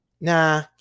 nah